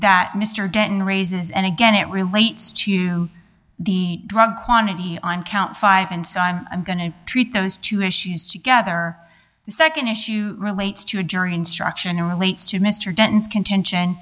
that mr denton raises and again it relates to the drug quantity on count five and so i'm going to treat those two issues together the nd issue relates to a jury instruction relates to mr denton's contention